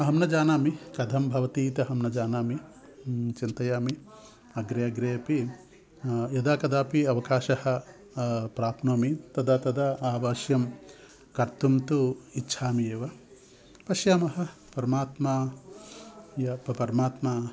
अहं न जानामि कथं भवतीति अहं न जानामि चिन्तयामि अग्रे अग्रे अपि यदा कदा अपि अवकाशं प्राप्नोमि तदा तदा अवश्यं कर्तुं तु इच्छामि एव पश्यामः परमात्मा या प परमात्मा